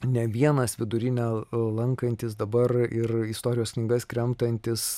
ne vienas vidurinę lankantis dabar ir istorijos knygas kremtantis